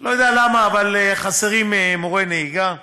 לא יודע למה, אבל חסרים מורי נהיגה.